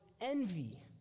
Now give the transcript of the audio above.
envy